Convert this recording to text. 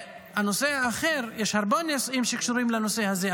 יש הרבה נושאים שקשורים לנושא הזה,